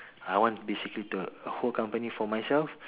I want basically to a whole company for myself